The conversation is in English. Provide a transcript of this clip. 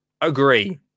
agree